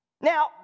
Now